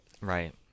Right